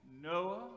Noah